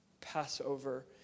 Passover